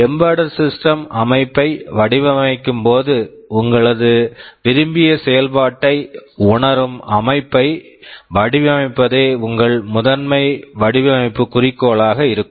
embedded system Embedded Systems அமைப்பை வடிவமைக்கும்போது உங்களது விரும்பிய செயல்பாட்டை உணரும் அமைப்பை வடிவமைப்பதே உங்கள் முதன்மை வடிவமைப்பு குறிக்கோளாக இருக்கும்